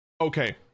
okay